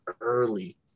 early